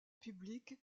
publique